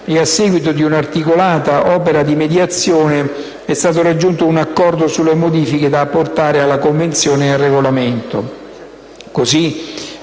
e a seguito di un'articolata opera di mediazione è stato raggiunto un accordo sulle modifiche da apportare alla convenzione e al regolamento.